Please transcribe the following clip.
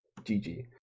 GG